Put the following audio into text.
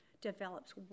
develops